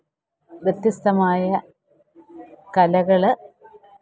വ്യത്യസ്തമായ കലകൾ